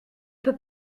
peux